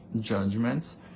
judgments